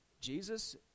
Jesus